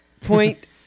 point